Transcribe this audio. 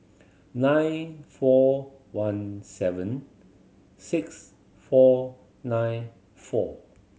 nine four one seven six four nine four